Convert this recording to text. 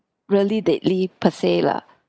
really deadly per se lah